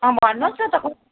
अँ भन्नुहोस् न त